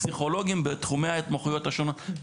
גם פסיכולוגים בתחומי ההתמחויות השונות.